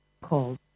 called